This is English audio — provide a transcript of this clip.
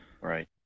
Right